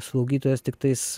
slaugytojas tiktais